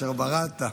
אשר בראת.